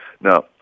now